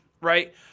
right